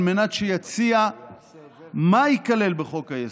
על מנת שיציע מה ייכלל בחוק-היסוד.